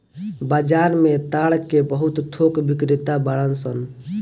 बाजार में ताड़ के बहुत थोक बिक्रेता बाड़न सन